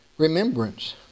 remembrance